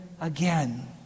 again